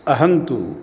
अहन्तु